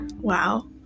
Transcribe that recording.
Wow